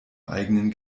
eigenen